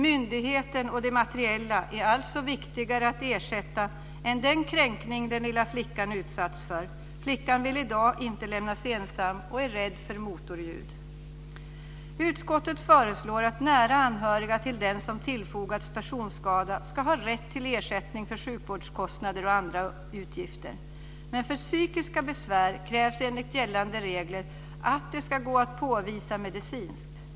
Myndigheten och det materiella är alltså viktigare att ersätta än den kränkning den lilla flickan utsatts för. Flickan vill i dag inte lämnas ensam, och är rädd för motorljud. Utskottet föreslår att nära anhöriga till den som tillfogats personskada ska ha rätt till ersättning för sjukvårdskostnader och andra utgifter. Men för psykiska besvär krävs enligt gällande regler att de ska gå att påvisa medicinskt.